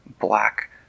black